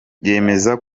yemeza